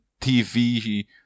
TV